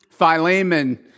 Philemon